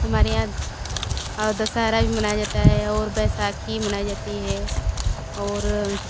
हमारे यहाँ दशहरा भी मनाया जाता है और बैसाखी मनाई जाती है और